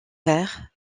père